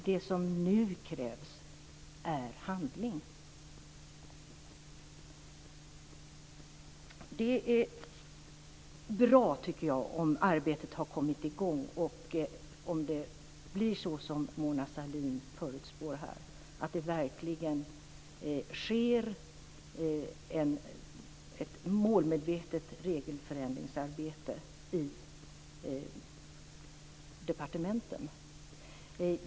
Det som nu krävs är handling. Det är bra, tycker jag, om arbetet har kommit i gång och om det blir så, som Mona Sahlin förutspår här, att det verkligen görs ett målmedvetet regelförändringsarbete i departementen.